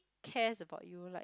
cares about you like